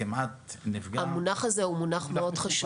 זה מונח חשוב מאוד.